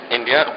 India